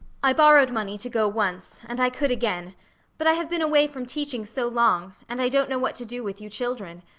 i borrowed money to go once, and i could again but i have been away from teaching so long, and i don't know what to do with you children.